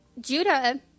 Judah